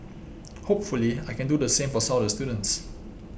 hopefully I can do the same for some of the students